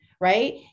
right